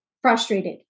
frustrated